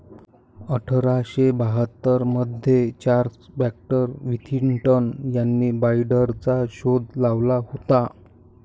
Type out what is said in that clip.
अठरा शे बाहत्तर मध्ये चार्ल्स बॅक्स्टर विथिंग्टन यांनी बाईंडरचा शोध लावला होता